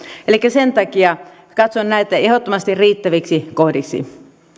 sen takia katson nämä ehdottomasti riittäviksi kohdiksi